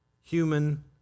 human